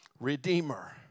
Redeemer